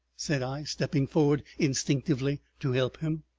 said i, stepping forward instinctively to help him.